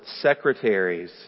Secretaries